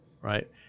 right